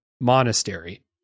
monastery